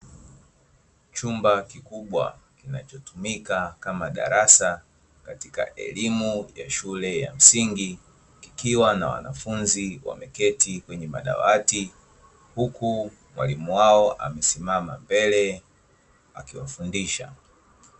Chumba kikubwa kinachotumika kama darasa katika elimu ya shule ya msingi, kikiwa na wanafunzi wameketi kwenye madawati huku mwalimu wao amesimama mbele akiwafundisha.